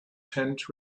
tent